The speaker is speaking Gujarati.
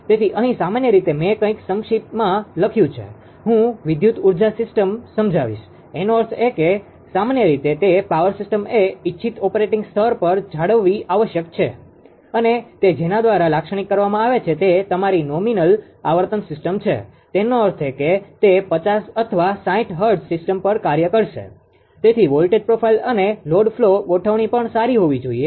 તેથી અહીં સામાન્ય રીતે મે કંઇક સંક્ષિપ્તમાં લખ્યું છે હું વિદ્યુત ઊર્જા સિસ્ટમ સમજાવીશ એનો અર્થ એ કે સામાન્ય રીતે તે પાવર સિસ્ટમ એ ઇચ્છિત ઓપરેટિંગ સ્તર પર જાળવવી આવશ્યક છે અને તે જેના દ્વારા લાક્ષણિક કરવામાં આવે છે તે તમારી નોમિનલ આવર્તન સિસ્ટમ છે તેનો અર્થ એ કે તે 50 અથવા 60 હર્ટ્ઝ સિસ્ટમ પર કાર્ય કરશે તેની વોલ્ટેજ પ્રોફાઇલ અને લોડ ફ્લો ગોઠવણી પણ સારી હોવી જોઈએ